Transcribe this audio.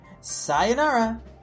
sayonara